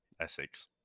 Essex